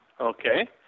Okay